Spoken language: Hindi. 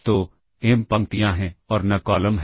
तो m पंक्तियाँ हैं और n कॉलम हैं